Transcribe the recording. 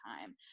time